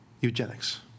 eugenics